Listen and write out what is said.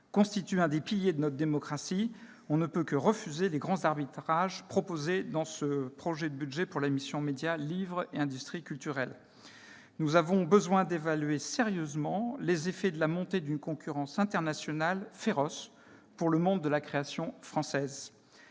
constitue l'un des piliers de notre démocratie, on ne peut que refuser les grands arbitrages proposés dans ce projet de budget pour la mission « Médias, livre et industries culturelles ». Nous avons besoin d'évaluer sérieusement les effets de la montée en puissance d'une concurrence internationale féroce pour le monde de la création française.